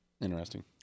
Interesting